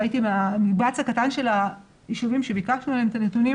במקבץ הקטן של היישובים שביקשנו עליהן את הנתונים